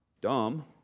dumb